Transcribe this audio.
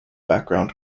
background